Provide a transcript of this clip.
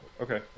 okay